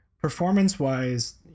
performance-wise